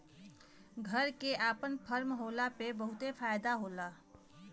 घरे क आपन फर्म होला पे बहुते फायदा होला